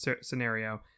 scenario